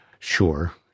Sure